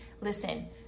Listen